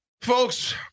Folks